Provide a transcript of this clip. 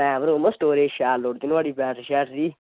RAM ROM storage शैल लोड़दी नोहाड़ी बैटरी शैटरी